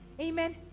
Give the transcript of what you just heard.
amen